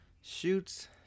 Shoots